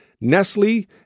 Nestle